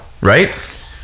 right